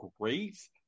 great